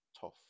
tough